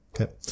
Okay